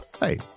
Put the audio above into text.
Hey